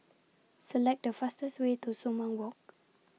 Select The fastest Way to Sumang Walk